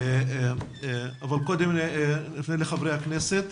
אבל קודם נפנה לחברי הכנסת.